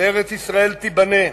וארץ-ישראל תיבנה,